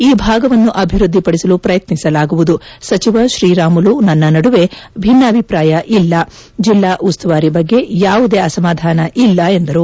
ಈ ಭಾಗವನ್ನು ಅಭಿವೃದ್ದಿಪಡಿಸಲು ಪ್ರಯತ್ನಿಸಲಾಗುವುದು ಸಚಿವ ಶ್ರೀರಾಮುಲು ನನ್ನ ನಡುವೆ ಬಿನ್ನಭಿಪ್ರಾಯ ಇಲ್ಲ ಜಿಲ್ಲಾ ಉಸ್ತುವಾರಿ ಬಗ್ಗೆ ಯಾವುದೇ ಅಸಮಾಧಾನ ಇಲ್ಲ ಎಂದರು